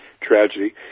tragedy